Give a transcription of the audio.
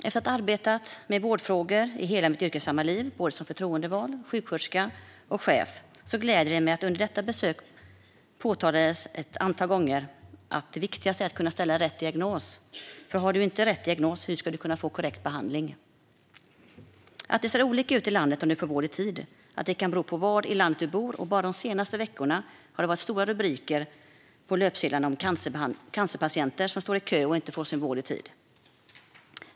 Efter att jag arbetat med vårdfrågor i hela mitt yrkesverksamma liv som förtroendevald, sjuksköterska och chef gläder det mig att det under detta besök ett antal gånger påpekades att det viktigaste är att kunna ställa rätt diagnos. Om du inte har rätt diagnos, hur ska du då kunna få korrekt behandling? Vad gäller att få vård i tid ser det olika ut i landet. Det kan bero på var i landet man bor. Bara den senaste veckan har det varit stora rubriker på löpsedlarna om cancerpatienter som står i kö och inte får sin vård i tid.